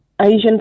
Asian